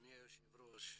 אדוני היושב ראש,